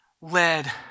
led